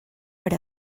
per